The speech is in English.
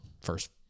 first